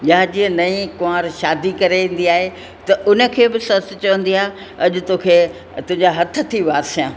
या जीअं नई कुंवारि शादी करे ईंदी आहे त उन खे बि ससु चवंदी आहे अॼु तोखे तुंहिंजा हथ थी वासियां